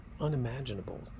unimaginable